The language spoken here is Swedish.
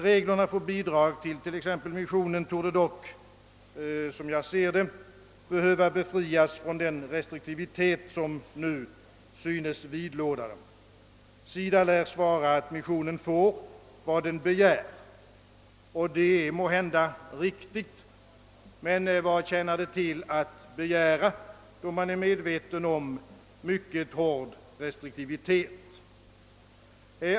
Reglerna för bidrag till exempelvis missionen torde dock, som jag ser det, behöva befrias från den restriktivitet som nu synes vidlåda dem. SIDA lär svara att missionen får vad den begär, och det är måhända riktigt. Men vad tjänar det till att begära, då man är medveten om mycket hård restriktivitet?